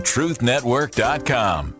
TruthNetwork.com